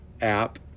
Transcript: app